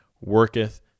worketh